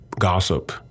gossip